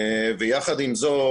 ויחד עם זאת,